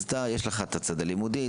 יש לך את הצד הלימודי,